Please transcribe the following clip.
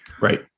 Right